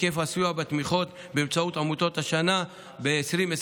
היקף הסיוע בתמיכות באמצעות עמותות ב-2022,